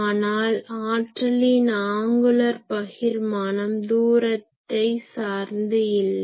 ஆனால் ஆற்றலின் ஆங்குலர் பகிர்மானம் தூரத்தை சார்ந்து இல்லை